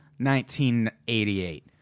1988